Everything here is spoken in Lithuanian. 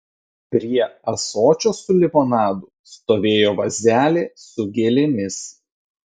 prie ąsočio su limonadu stovėjo vazelė su gėlėmis